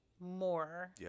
more